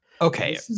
Okay